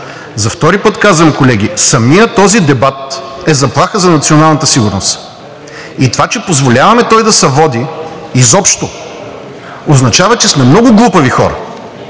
За втори път казвам, колеги, самият този дебат е заплаха за националната сигурност и това, че позволяваме той да се води изобщо, означава, че сме много глупави хора.